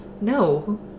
No